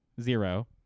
zero